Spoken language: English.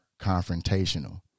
confrontational